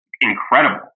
incredible